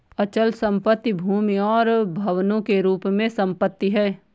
अचल संपत्ति भूमि और भवनों के रूप में संपत्ति है